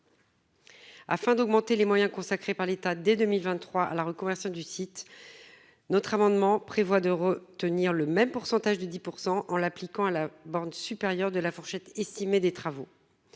Afin d'augmenter les moyens consacrés par l'État dès 2023 à la reconversion du site, notre amendement prévoit de tenir le même pourcentage de 10 % en l'appliquant à la borne supérieure de la fourchette estimée des travaux